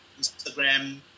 Instagram